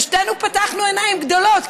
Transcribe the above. ושתינו פתחנו עיניים גדולות,